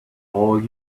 all